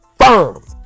firm